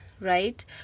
right